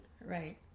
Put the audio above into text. Right